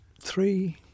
three